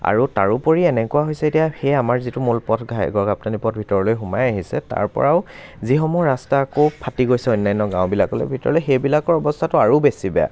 আৰু তাৰোপৰি এনেকুৱা হৈছে এতিয়া সেই আমাৰ যিটো মূল পথ ঘাই গড়কাপ্তানি পথ ভিতৰলৈ সোমাই আহিছে তাৰপৰাও যিসমূহ ৰাস্তাৰ আকৌ ফাটি গৈছে অন্য়ান্য় গাঁওবিলাকলৈ ভিতৰলৈ সেইবিলাকৰ অৱস্থাটো আৰু বেছি বেয়া